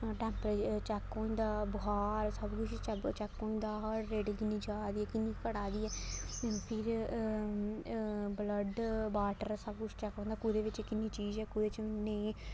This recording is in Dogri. टैम्परेचर चैक होंदा बखार सब कुछ चैक हों दा हार्ट रेटिंग किन्नी जा'रदी किन्नी घटा'रदी ऐ फिर ब्लड वाटर सब किश चैक होंदा कूदै बिच्च किन्नी चीज ऐ कूदै बिच्च नेईं